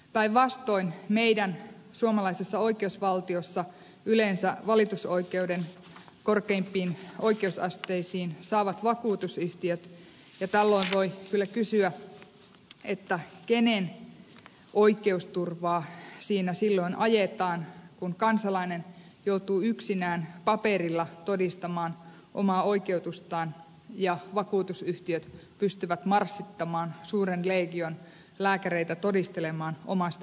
päinvastoin suomalaisessa oikeusvaltiossa valitusoikeuden korkeimpiin oikeusasteisiin saavat yleensä vakuutusyhtiöt ja tällöin voi kyllä kysyä kenen oikeusturvaa siinä silloin ajetaan kun kansalainen joutuu yksinään paperilla todistamaan omaa oikeutustaan ja vakuutusyhtiöt pystyvät marssittamaan suuren leegion lääkäreitä todistelemaan omasta puolestaan